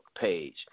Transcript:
page